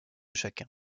chacun